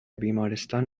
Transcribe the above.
بیمارستان